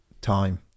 time